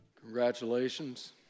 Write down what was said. Congratulations